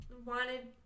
Wanted